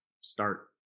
start